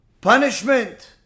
punishment